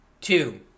Two